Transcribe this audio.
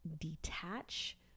detach